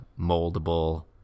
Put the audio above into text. moldable